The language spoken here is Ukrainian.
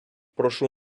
прошу